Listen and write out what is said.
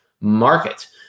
market